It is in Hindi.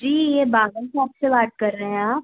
जी ये बाबा सॉप से बात कर रहें आप